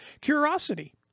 Curiosity